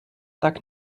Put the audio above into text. так